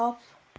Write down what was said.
off